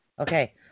Okay